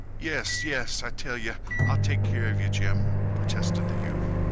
yes yes i tell yeh i'll take care of yeh, jim! protested the youth.